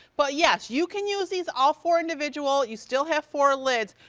but yes, you can use these all four individual, you still have four lids.